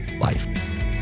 life